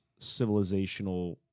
civilizational